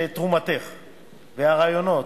אוקיי.